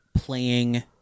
playing